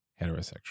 heterosexual